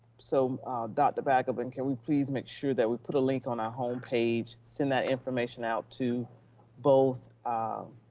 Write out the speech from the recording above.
so dr. balgobin, can we please make sure that we put a link on our homepage, send that information out to both,